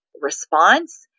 response